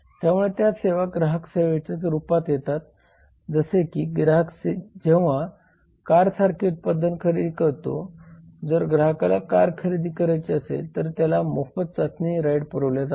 त्यामुळे त्या सेवा ग्राहक सेवेच्या रूपात येतात जसे की ग्राहक जेव्हा कारसारखे उत्पादन खरेदी करतो जर ग्राहकाला कार खरेदी करायची असेल तर त्याला मोफत चाचणी राईड पुरवल्या जातात